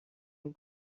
این